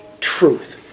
truth